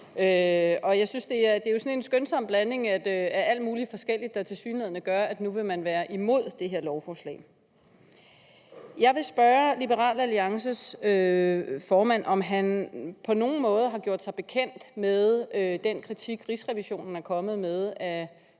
Jeg synes, det er sådan en skønsom blanding af alt muligt forskelligt, der tilsyneladende gør, at nu vil man være imod det her lovforslag. Jeg vil spørge Liberal Alliances formand, om han på nogen måde har gjort sig bekendt med den kritik, Rigsrevisionen er kommet med,